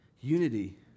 unity